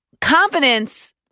confidence